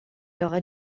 aurait